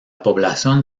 población